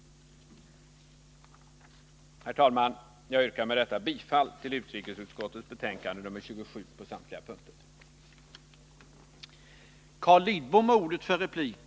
Herr talman! Jag yrkar med detta bifall på samtliga punkter till hemställan i utskottets betänkande nr 27.